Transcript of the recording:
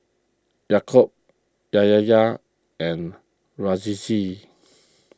Yaakob and Rizqi